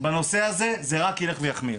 בנושא הזה, המצב רק ילך ויחמיר.